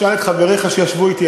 לשמוע ממך את הדברים האלה